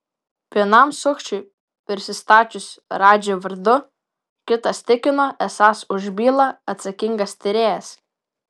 vienam sukčiui prisistačius radži vardu kitas tikino esąs už bylą atsakingas tyrėjas